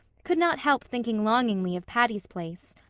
could not help thinking longingly of patty's place,